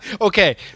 Okay